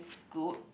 good